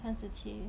三十七